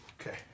Okay